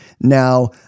now